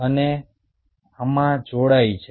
અને આમાં જાડાઈ છે